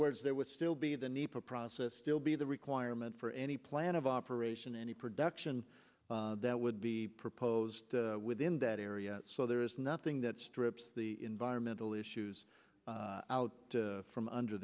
words there would still be the need for a process still be the requirement for any plan of operation any production that would be proposed within that area so there is nothing that strips the environmental issues out from under